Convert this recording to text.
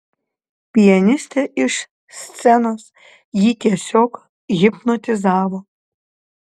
pianistė iš scenos jį tiesiog hipnotizavo